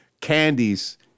candies